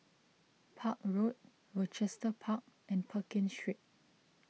Park Road Rochester Park and Pekin Street